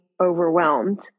overwhelmed